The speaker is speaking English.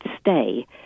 stay